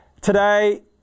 today